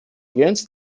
jöns